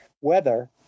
weather